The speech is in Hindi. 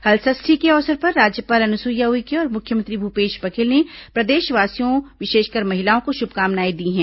हलषप्ठी के अवसर पर राज्यपाल अनुसुईया उइके और मुख्यमंत्री भूपेश बघेल ने प्रदेशवासियों विशेषकर महिलाओं को शुभकामनाएं दी हैं